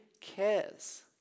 cares